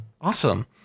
Awesome